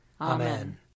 Amen